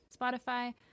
Spotify